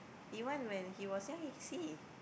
even when he was young he can see